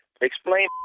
Explain